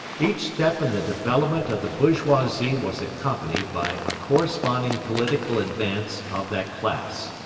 each step in the development of the bourgeoisie was accompanied by a corresponding political advance of that class.